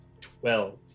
Twelve